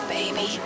Baby